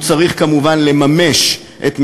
והוא צריך, כמובן, לממש את משימתו,